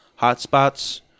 hotspots